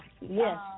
Yes